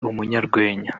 umunyarwenya